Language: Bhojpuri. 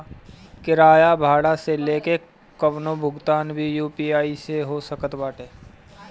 किराया भाड़ा से लेके कवनो भुगतान भी यू.पी.आई से हो सकत बाटे